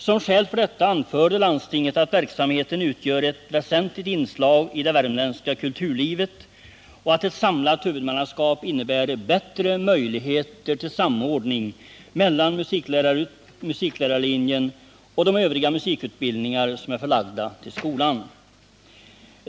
Som skäl för detta anförde landstinget att verksamheten utgör ett väsentligt inslag i det värmländska kulturlivet och att ett samlat huvudmannaskap innebär bättre möjligheter till samordning mellan musiklärarlinjen och de övriga musikutbildningar som är förlagda till skolan.